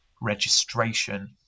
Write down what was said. registration